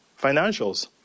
financials